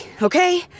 Okay